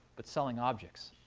but selling objects.